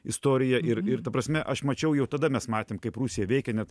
istorija ir ir ta prasme aš mačiau jau tada mes matėm kaip rusija veikia net